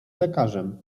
lekarzem